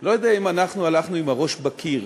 לא יודע אם אנחנו הלכנו עם הראש בקיר,